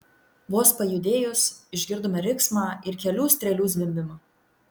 vos pajudėjus išgirdome riksmą ir kelių strėlių zvimbimą